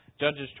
Judges